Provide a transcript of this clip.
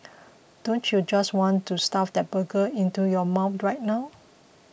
don't you just want to stuff that burger into your mouth right now